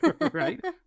right